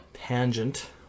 Tangent